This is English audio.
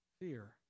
fear